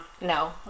No